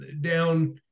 down